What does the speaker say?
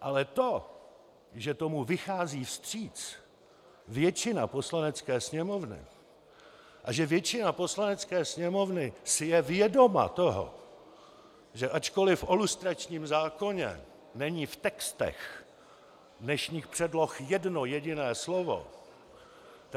Ale to, že tomu vychází vstříc většina Poslanecké sněmovny a že většina Poslanecké sněmovny si je vědoma toho, že ačkoli o lustračním zákoně není v textech dnešních předloh jedno jediné slovo,